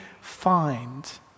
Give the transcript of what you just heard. find